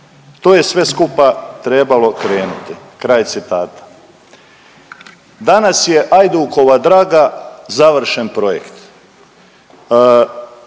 To je sve skupa trebalo krenuti. Kraj citata. Danas je Ajdukova draga završen projekt.